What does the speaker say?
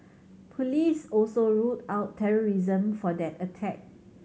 police also ruled out terrorism for that attack